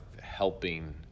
helping